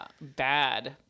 bad